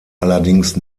allerdings